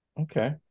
Okay